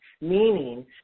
meaning